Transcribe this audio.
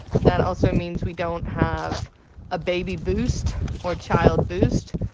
that also means we don't have a baby boost or child boost.